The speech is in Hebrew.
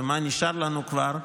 ומה נשאר לנו כבר,